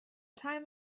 time